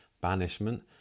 banishment